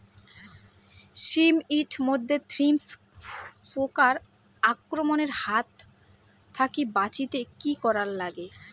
শিম এট মধ্যে থ্রিপ্স পোকার আক্রমণের হাত থাকি বাঁচাইতে কি করা লাগে?